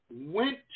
went